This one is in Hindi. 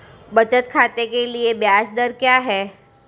बचत खाते के लिए ब्याज दर क्या है?